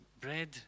bread